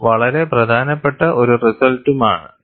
ഇത് വളരെ പ്രധാനപ്പെട്ട ഒരു റിസൾട്ടുമാണ്